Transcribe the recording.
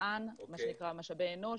משאבי אנוש,